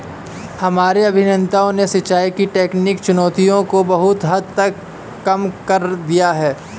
हमारे अभियंताओं ने सिंचाई की तकनीकी चुनौतियों को बहुत हद तक कम कर दिया है